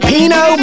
Pino